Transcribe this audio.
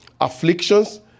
afflictions